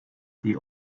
the